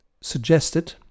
suggested